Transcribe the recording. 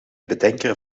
bedenker